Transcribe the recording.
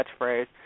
catchphrase